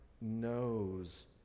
knows